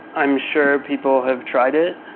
i'm sure people have tried it,